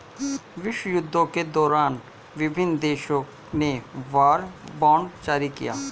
विश्वयुद्धों के दौरान विभिन्न देशों ने वॉर बॉन्ड जारी किया